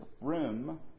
room